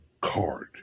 card